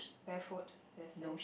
hair food is the same